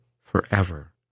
forever